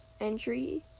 entry